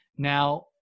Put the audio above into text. Now